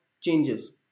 changes